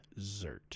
Zert